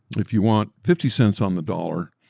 if you want fifty cents on the dollar,